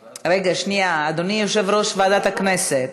שנייה, אדוני יושב-ראש ועדת הכנסת,